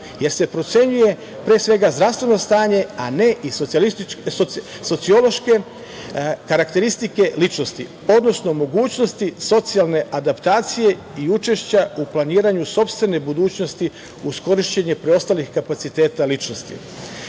jer se procenjuje, pre svega zdravstveno stanje, a ne i sociološke karakteristike ličnosti, odnosno mogućnosti socijalne adaptacije i učešća u planiranju sopstvene budućnosti uz korišćenje preostalih kapaciteta ličnosti. Kao